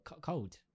cold